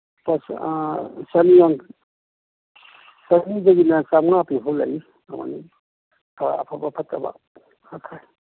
ꯆꯅꯤꯗꯒꯤꯅ ꯆꯧꯉꯥ ꯄꯤꯕꯐꯥꯎ ꯂꯩ ꯑꯗꯨꯃꯥꯏ ꯑꯐꯕ ꯐꯠꯇꯕ